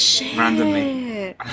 randomly